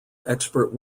expert